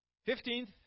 Fifteenth